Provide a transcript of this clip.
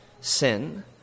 sin